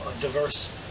diverse